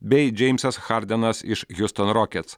bei džeimsas hardenas iš hiuston rockets